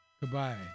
Goodbye